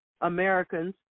Americans